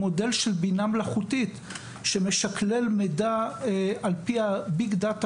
של בינה מלאכותית שמשקלל מידע על פי הביג דאטה